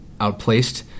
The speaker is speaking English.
outplaced